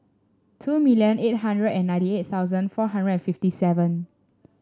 two million eight hundred and ninety eight thousand four hundred and fifty seven